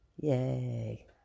Yay